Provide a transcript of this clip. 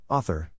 Author